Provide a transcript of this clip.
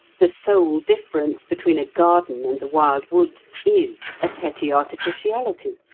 the sole difference between a garden and the wild woods is a petty artificiality.